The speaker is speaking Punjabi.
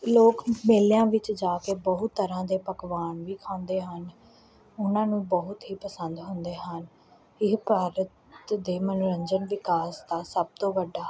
ਲੋਕ ਮੇਲਿਆਂ ਵਿੱਚ ਜਾ ਕੇ ਬਹੁਤ ਤਰ੍ਹਾਂ ਦੇ ਪਕਵਾਨ ਵੀ ਖਾਂਦੇ ਹਨ ਉਹਨਾਂ ਨੂੰ ਬਹੁਤ ਹੀ ਪਸੰਦ ਹੁੰਦੇ ਹਨ ਇਹ ਭਾਰਤ ਦੇ ਮਨੋਰੰਜਨ ਵਿਕਾਸ ਦਾ ਸਭ ਤੋਂ ਵੱਡਾ